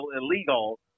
illegal